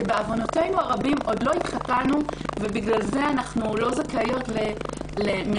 שבעוונותינו הרבים עוד לא התחתנו ובגלל זה אנחנו לא זכאיות למלגה.